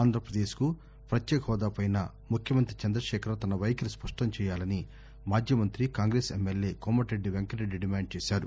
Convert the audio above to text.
ఆంధ్రాపదేశ్కు ప్రత్యేక హోదాపై ముఖ్యమంతి చంద్రశేఖర్రావు తన వైఖరి స్పష్ణం చేయాలని మాజీ మంతి కాంగ్రెస్ ఎమ్మెల్యే కోమటిరెడ్డి వెంకటరెడ్డి డిమాండ్ చేశారు